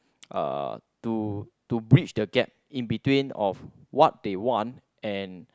uh to to bridge the gap in between of what they want and